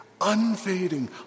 unfading